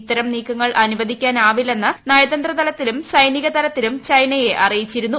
ഇത്തരം നീക്കങ്ങൾ അനുവദിക്കാനാവില്ലെന്ന് നയതന്ത്ര തലത്തിലും സൈനിക തലത്തിലും ചൈനയെ അറിയിച്ചിരുന്നു